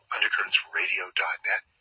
UndercurrentsRadio.net